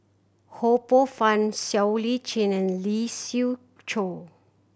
Ho Poh Fun Siow Lee Chin and Lee Siew Choh